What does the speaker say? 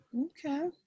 Okay